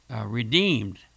redeemed